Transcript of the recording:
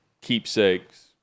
keepsakes